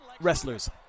Wrestlers